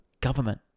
government